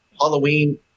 Halloween